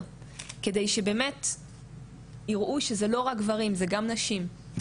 כדי שבאמת יראו שזה לא רק גברים זה גם נשים.